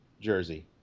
jersey